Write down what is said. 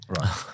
Right